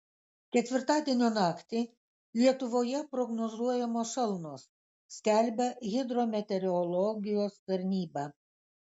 ketvirtadienio naktį lietuvoje prognozuojamos šalnos skelbia hidrometeorologijos tarnyba